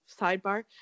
sidebar